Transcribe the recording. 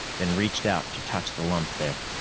then reached out to touch the lump there.